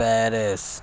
Paris